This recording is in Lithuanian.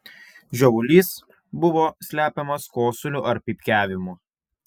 žiovulys buvo slepiamas kosuliu ar pypkiavimu